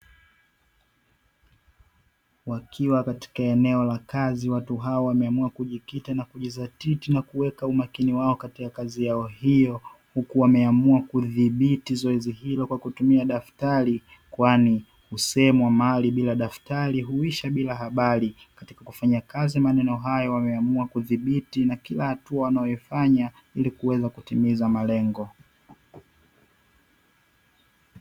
Wakiwa katika eneo la kazi watu hawa wameamua kujikita na kujizatiti na kuweka umakini wao katika kazi yao hiyo huku wameamua kudhibiti zoezi hilo kwa kutumia daftari kwani husemwa mali bila daftari huisha bila habari katika kufanya kazi maneno hayo wameamua kudhibiti na kila hatua wanayoifanya ili kuweza kutimiza malengo.